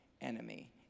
enemy